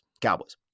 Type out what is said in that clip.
Cowboys